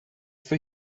for